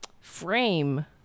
frame